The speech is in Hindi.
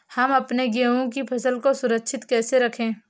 हम अपने गेहूँ की फसल को सुरक्षित कैसे रखें?